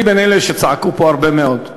אני בין אלה שצעקו פה הרבה מאוד.